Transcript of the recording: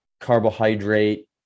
carbohydrate